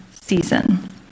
season